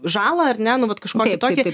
žalą ar ne nu vat kažkokį tokį